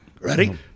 Ready